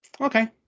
okay